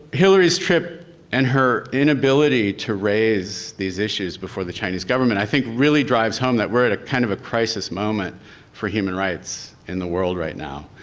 hillary stripped and her inability to raise these issues before the chinese government, i think really drives home that we're at a kind of a crisis moment for human rights in the world right now.